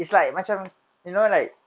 it's like you know like